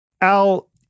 Al